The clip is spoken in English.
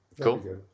Cool